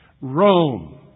Rome